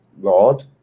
Lord